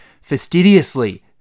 fastidiously